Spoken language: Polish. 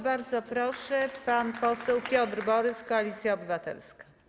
Bardzo proszę, pan poseł Piotr Borys, Koalicja Obywatelska.